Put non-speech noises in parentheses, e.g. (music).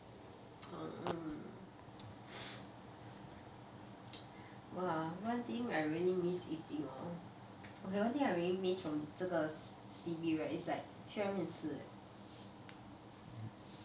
orh mm (breath) !wah! one thing I really miss eating hor okay one thing I really miss from 这个 C_B right is like 去外面吃 leh